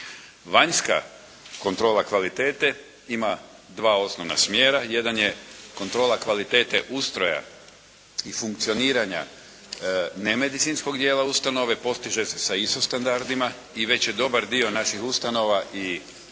Vanjska kontrola kvalitete ima dva osnovna smjera jedan je kvaliteta ustroja i funkcioniranja nemedicinskog dijela ustanove, postiže se sa ISO standardima i već je dobar dio naših ustanova i naših